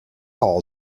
hall